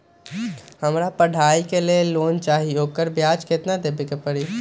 हमरा पढ़ाई के लेल लोन चाहि, ओकर ब्याज केतना दबे के परी?